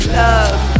love